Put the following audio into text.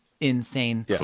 insane